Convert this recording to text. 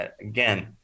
again